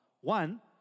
One